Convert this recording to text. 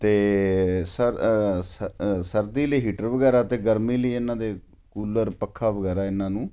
ਅਤੇ ਸਰ ਸ ਸਰਦੀ ਲਈ ਹੀਟਰ ਵਗੈਰਾ ਅਤੇ ਗਰਮੀ ਲਈ ਇਹਨਾਂ ਦੇ ਕੂਲਰ ਪੱਖਾ ਵਗੈਰਾ ਇਹਨਾਂ ਨੂੰ